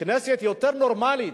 כנסת יותר נורמלית,